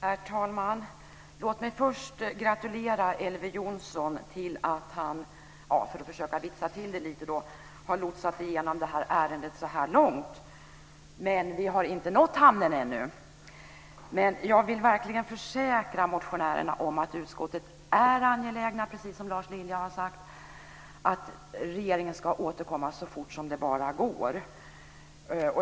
Herr talman! Låt mig först gratulera Elver Jonsson till att han - för att försöka vitsa till det lite - har lotsat igenom det här ärendet så här långt, men vi har inte nått hamnen ännu! Men jag vill verkligen försäkra motionärerna om att vi i utskottet är angelägna, precis som Lars Lilja har sagt, om att regeringen ska återkomma så fort som det bara går.